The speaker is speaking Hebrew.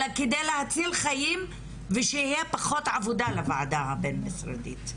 אלא כדי להציל חיים ושתהיה פחות עבודה לוועדה הבין-משרדית.